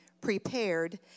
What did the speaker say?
prepared